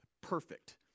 perfect